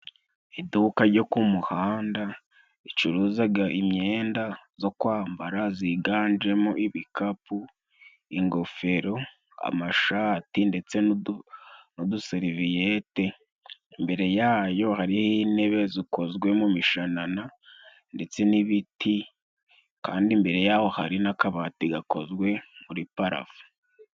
Iduka jyo ku muhanda ricuruzaga imyenda zo kwambara ziganjemo ibikapu, ingofero, amashati ndetse n'uduseriviyete. Imbere yayo hariho intebe zikozwe mu mishanana ndetse n'ibiti kandi imbere yaho hari n'akabati gakozwe muri parafo.